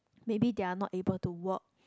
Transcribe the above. maybe they're not able to work